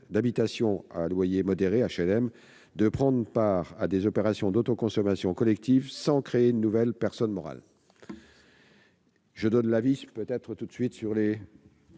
d'habitations à loyer modéré de prendre part à des opérations d'autoconsommation collective sans créer une nouvelle personne morale.